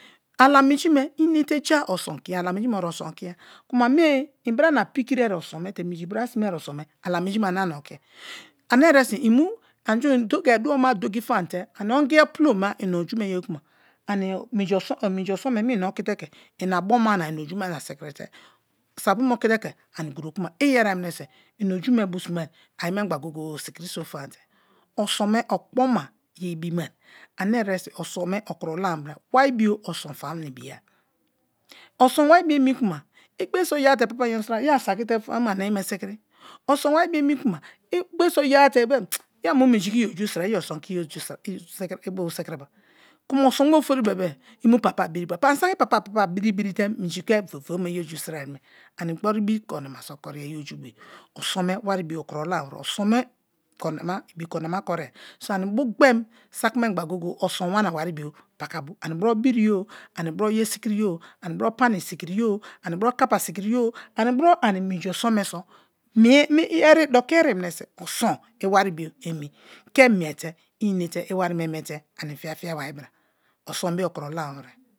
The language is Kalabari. Ala minji me inete ja oson okiya ala minji me oso okiya kuma mee inbrana pikirie oson me te minji bra simai oson me ala minji me ane ani okiye ane eresin i mu nnji dwo ma doki fahare ani ongi apalo ma ina oju me ye kuma ani ongi apalo ma ina oju me ye kuma ami minji oson me ani i okite ke ina bo me na ina oju me na sikirite sapo me okite ke ani gro kuma i yerie nuineso ina oju me bo sime ayi memgba go-gee sikiri fama te oson me okpoma ye ibimai ane ereson oson me okuro lama were waribio oson fara na ibiya oson wari bo omi kuma ighere so yea te papa inyo sira ye asakite fonya mu ana ayi ma sikiri, oson wari bo emi kuma i gberie so yen te ye a mu minji ke iyodu sira i oson te iyoju sira ibu sikiriba, kuma oson me ofori bebe-e i mu papa ḇiriba ḇut ani saki i papa papa birite minji ke i oju siri me ani gboru ibi korinama so koriya iyo ju me bo oson me wari bio o kro lamawere oson me ibi korinama korie so ani bu ghem sakimengba gogere oson wana waribo paka ani bro biriye-o ani bro ye sikiriyeo ani bro pani sikiri ye-o ani bro kapa sikiri ye-o ani bro ani minji oson me so doki ori memeso oson iwari bio emi ke miete inete iwari me miete ani fia- fia bari bra osonbe okuro lanea we̱re̱